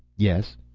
yes?